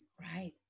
Right